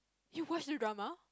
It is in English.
you watch the drama